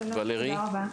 תודה רבה,